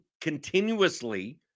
continuously